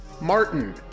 Martin